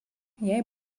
jai